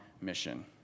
mission